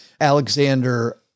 Alexander